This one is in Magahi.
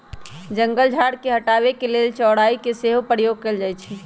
जंगल झार के हटाबे के लेल चराई के सेहो प्रयोग कएल जाइ छइ